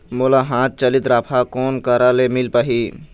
मोला हाथ चलित राफा कोन करा ले मिल पाही?